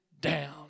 down